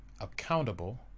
accountable